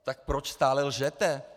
Tak proč stále lžete?